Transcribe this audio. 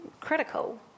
critical